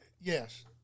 Yes